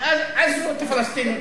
טוב, אז עזבו את הפלסטינים.